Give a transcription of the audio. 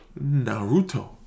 Naruto